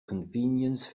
convenience